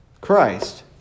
Christ